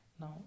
now